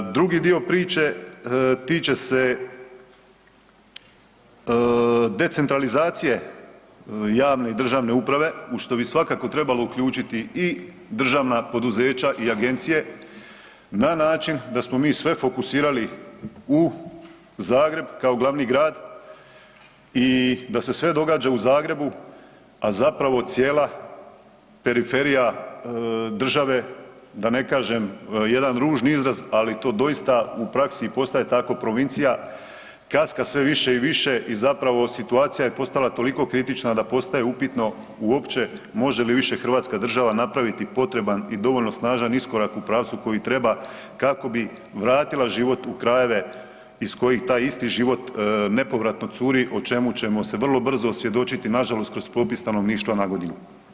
Drugi dio priče tiče se decentralizacije javne i državne uprave u što bi svakako trebalo uključiti i državna poduzeća i agencije, na način da smo mi sve fokusirali u Zagreb kao glavni grad i da se sve događa u Zagrebu, a zapravo cijela periferija države, da ne kažem jedan ružni izraz, ali to doista u praksi postaje tako, provincija, kaska sve više i više i zapravo, situacija je postala toliko kritična da postaje upitno uopće može li više hrvatska država napraviti potreban i dovoljno snažan iskorak u pravcu koji treba kako bi vratila život u krajeve iz kojih taj isti život nepovratno curi, o čemu ćemo se vrlo brzo svjedočiti, nažalost kroz popis stanovništva nagodinu.